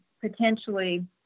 potentially